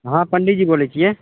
हँ पण्डिजी बोलय छियै